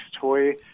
toy